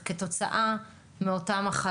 חלקם לא התחסנו וחלקם קיבלו 2-3 מנות.